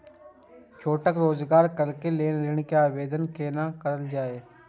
छोटका रोजगार करैक लेल ऋण के आवेदन केना करल जाय?